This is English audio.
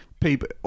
people